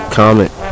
comment